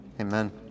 Amen